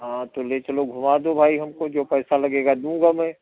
हाँ तो ले चलो घूमा दो भाई हमको जो पैसा लगेगा दूँगा मैं